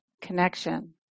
connection